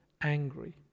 angry